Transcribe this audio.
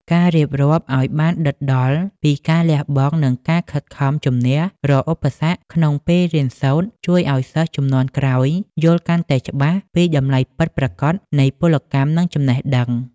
ការរៀបរាប់ឱ្យបានដិតដល់ពីការលះបង់ និងការខិតខំជម្នះរាល់ឧបសគ្គក្នុងពេលរៀនសូត្រ ជួយឱ្យសិស្សជំនាន់ក្រោយយល់កាន់តែច្បាស់ពីតម្លៃពិតប្រាកដនៃពលកម្ម និងចំណេះដឹង។